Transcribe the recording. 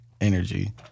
energy